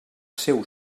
seu